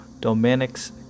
Dominic's